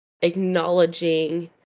acknowledging